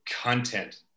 content